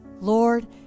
Lord